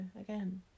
again